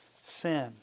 sin